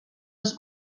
els